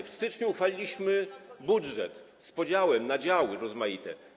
W styczniu uchwaliliśmy budżet z podziałem na działy rozmaite.